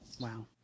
wow